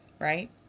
right